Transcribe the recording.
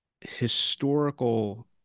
historical